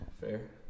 Fair